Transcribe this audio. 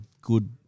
good